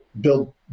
build